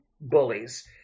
bullies